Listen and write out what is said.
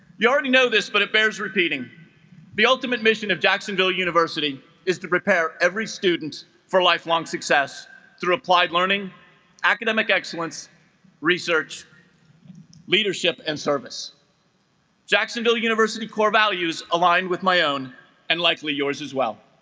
you already know this but it bears repeating the ultimate mission of jacksonville university is to prepare every student for lifelong success through applied learning academic excellence research leadership and service jacksonville university core values aligned with my own and likely yours as well